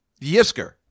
Yisker